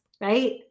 right